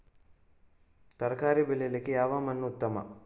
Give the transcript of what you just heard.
ತರಕಾರಿ ಬೆಳೆಯಲಿಕ್ಕೆ ಯಾವ ಮಣ್ಣು ಉತ್ತಮ?